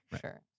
Sure